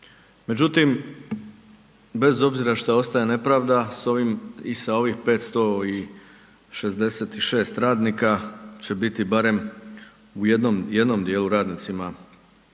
Međutim, bez obzira šta ostaje nepravda, sa ovim, i sa ovih 566 radnika će biti barem u jednom, jednom dijelu radnicima